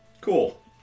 Cool